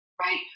Right